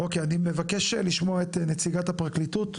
אני מבקש לשמוע את נציגת הפרקליטות,